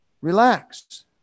Relax